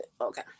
Okay